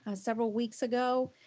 ah several weeks ago,